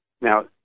Now